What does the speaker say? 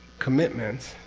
commitments,